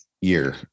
year